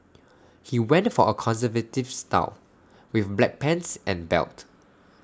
he went for A conservative style with black pants and belt